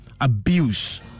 abuse